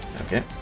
Okay